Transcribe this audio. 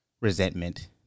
resentment